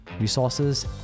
resources